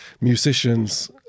musicians